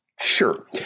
Sure